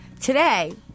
today